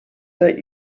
that